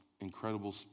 incredible